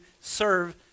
serve